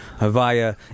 via